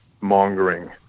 mongering